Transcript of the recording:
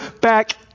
back